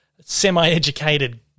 semi-educated